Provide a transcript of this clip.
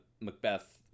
Macbeth